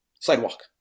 sidewalk